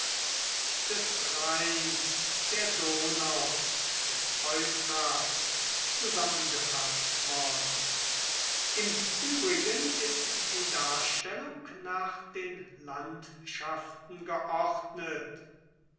des rheins der donau des euphrat zusammengefaßt worden im übrigen ist die darstellung nach den landschaften geordnet